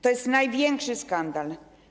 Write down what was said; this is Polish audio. To jest największy skandal.